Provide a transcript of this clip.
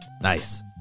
Nice